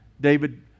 david